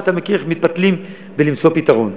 ואתה מכיר איך מתפתלים בלמצוא פתרון.